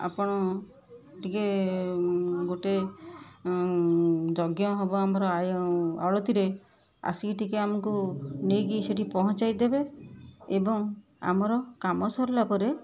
ଆପଣ ଟିକେ ଗୋଟେ ଯଜ୍ଞ ହେବ ଆମର ଆୟ ଆଳତୀରେ ଆସିକି ଟିକେ ଆମକୁ ନେଇକି ସେଇଠି ପହଞ୍ଚାଇଦେବେ ଏବଂ ଆମର କାମ ସରିଲା ପରେ